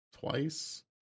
twice